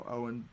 Owen